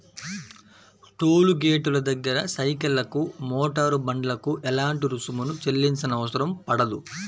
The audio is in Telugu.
టోలు గేటుల దగ్గర సైకిళ్లకు, మోటారు బండ్లకు ఎలాంటి రుసుమును చెల్లించనవసరం పడదు